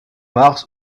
mars